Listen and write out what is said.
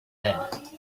head